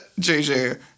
JJ